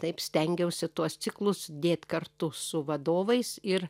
taip stengiausi tuos ciklus dėt kartu su vadovais ir